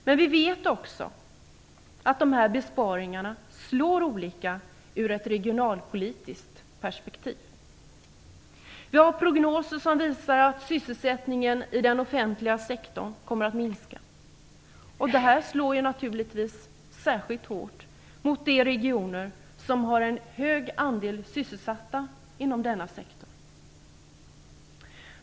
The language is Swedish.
Men vi vet också att dessa besparingar slår olika ur ett regionalpolitiskt perspektiv. Vi har prognoser som visar att sysselsättningen i den offentliga sektorn kommer att minska. Detta slår naturligtvis särskilt hårt mot de regioner som har en hög andel sysselsatta inom denna sektor.